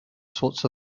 sorts